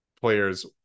players